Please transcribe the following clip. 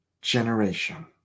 generation